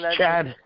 Chad